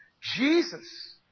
Jesus